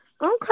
okay